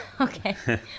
Okay